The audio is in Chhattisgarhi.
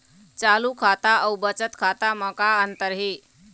चालू खाता अउ बचत खाता म का अंतर हे?